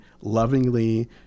lovingly